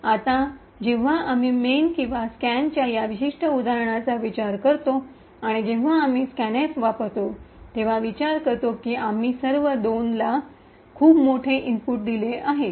आता जेव्हा आम्ही मेन आणि स्कॅनच्या या विशिष्ट उदाहरणाचा विचार करतो आणि जेव्हा आम्ही स्कॅनएफ वापरतो तेव्हा विचार करतो की आम्ही सर्व २ ला खूप मोठे इनपुट दिले आहे